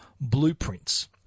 blueprints